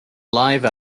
live